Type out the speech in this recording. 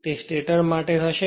તે સ્ટેટર માટે હશે